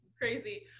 Crazy